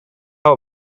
how